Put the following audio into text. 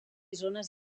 zones